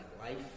life